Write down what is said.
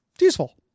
useful